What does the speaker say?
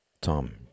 Tom